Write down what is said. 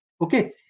Okay